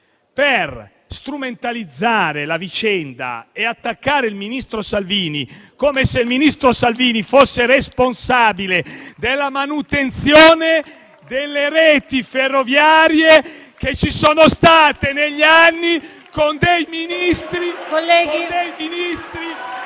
per strumentalizzare la vicenda e attaccare il ministro Salvini, come se fosse responsabile della manutenzione delle reti ferroviarie che c'è stata negli anni con dei Ministri